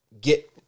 get